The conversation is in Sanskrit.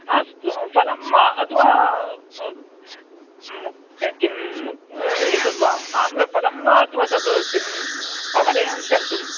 अस्तु फलं वा अथवा किम् एतत् वा आम्रफलं वा अथवा तत् किम् अवलेहं कर्तुं